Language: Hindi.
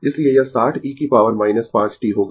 इसलिए यह 60 e की पॉवर 5 t होगा